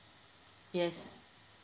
yes